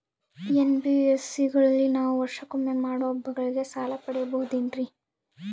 NBSC ಗಳಲ್ಲಿ ನಾವು ವರ್ಷಕೊಮ್ಮೆ ಮಾಡೋ ಹಬ್ಬಗಳಿಗೆ ಸಾಲ ಪಡೆಯಬಹುದೇನ್ರಿ?